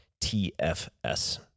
tfs